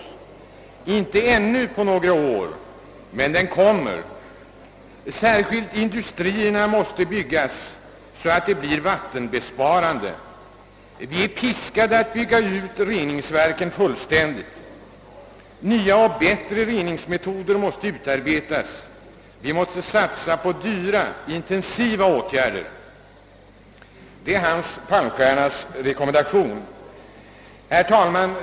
Inte ännu på några år — men den kommer! Särskilt industrierna måste byggas så att de blir vattenbesparande. Vi är piskade att bygga ut reningsverken fullständigt. Nya och bättre reningsmetoder måste utarbetas. Vi måste satsa på dyra intensiva åtgärder.» Detta är Hans Palmstiernas rekommendationer. Herr talman!